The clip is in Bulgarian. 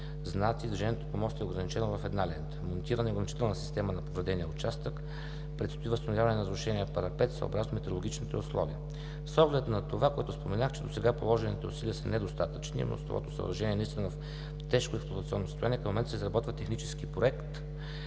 знаци и движението по моста е ограничено в една лента. Монтирана е ограничителна система на повредения участък. Предстои възстановяване на разрушения парапет, съобразно метеорологичните условия. С оглед на това, което споменах, че досега положените усилия са недостатъчни и мостовото съоръжение е наистина в тежко експлоатационно състояние, към момента се изработва технически проект